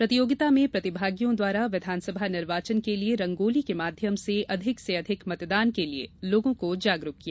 प्रतियोगिता में प्रतिभागियों द्वारा विधानसभा निर्वाचन के लिए रंगोली के माध्यम से अधिक से अधिक मतदान के लिये जागरूक किया